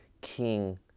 king